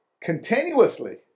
Continuously